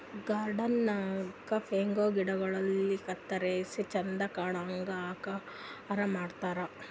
garden ದಾಗಾ show ಗಿಡಗೊಳ್ ಎಲಿ ಕತ್ತರಿಸಿ ಚಂದ್ ಕಾಣಂಗ್ ಆಕಾರ್ ಕೊಡ್ತಾರ್